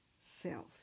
self